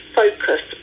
focus